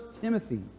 Timothy